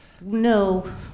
No